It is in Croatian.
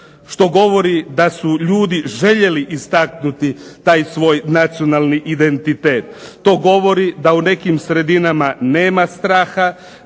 što govori da su ljudi željeli istaknuti taj svoj nacionalni identitet. To govori da u nekim sredinama nema straha,